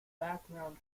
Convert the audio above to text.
background